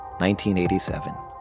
1987